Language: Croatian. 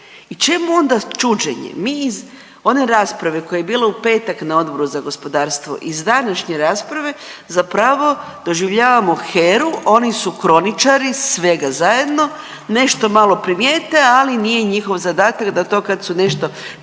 čemu onda čuđenje? Mi iz one rasprave koja je bila u petak na Odboru za gospodarstvo iz današnje rasprave zapravo doživljavamo HERA-u oni su kroničari svega zajedno, nešto malo primijete, ali nije njihov zadatak da to kad su nešto